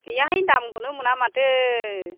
गैयाहाय दामखौनो मोना माथो